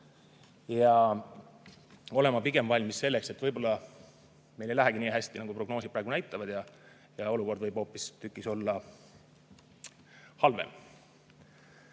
ja olema pigem valmis selleks, et võib-olla meil ei lähegi nii hästi, nagu prognoosid praegu näitavad, ja olukord võib olla hoopistükkis halvem.